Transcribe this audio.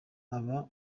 aba